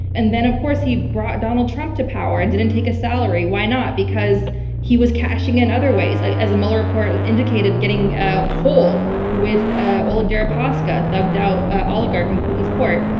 and then, of course, he brought donald trump to power and didn't take a salary. why not? because he was cashing in other ways, like as the mueller report indicated, getting ah whole with ah oleg deripaska, a thugged out ah oligarch in putin's court.